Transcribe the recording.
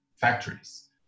factories